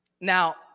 Now